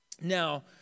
Now